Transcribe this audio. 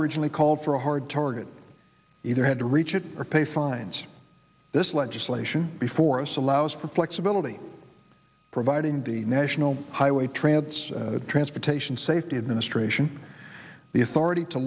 originally called for a hard target either had to reach it or pay fines this legislation before us allows for flexibility providing the national highway trance transportation safety administration the authority to